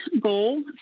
goal